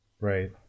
Right